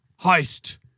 heist